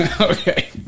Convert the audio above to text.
Okay